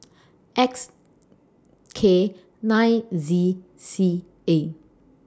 X K nine Z C A